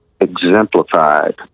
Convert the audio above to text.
exemplified